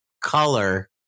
color